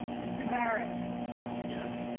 mr barrett yes.